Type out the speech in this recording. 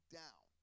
down